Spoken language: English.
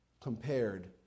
compared